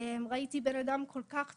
אני ראיתי בן אדם כל כך טוב,